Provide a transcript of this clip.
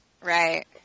right